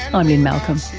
i'm lynne malcolm,